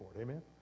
Amen